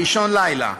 באישון לילה,